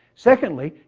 secondly,